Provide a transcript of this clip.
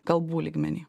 kalbų lygmeny